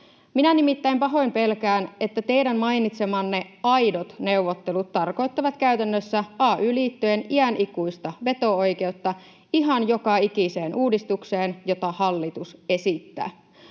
Minä nimittäin pahoin pelkään, että teidän mainitsemanne aidot neuvottelut tarkoittavat käytännössä ay-liittojen iänikuista veto-oikeutta ihan joka ikiseen uudistukseen, jota hallitus esittää.